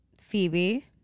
phoebe